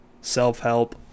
self-help